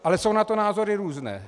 Ale jsou na to názory různé.